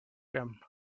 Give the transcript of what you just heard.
them